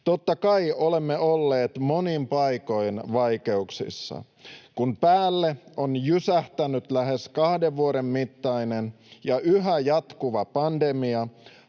Totta kai olemme olleet monin paikoin vaikeuksissa, kun päälle on jysähtänyt lähes kahden vuoden mittainen ja yhä jatkuva pandemia,